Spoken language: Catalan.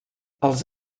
els